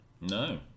no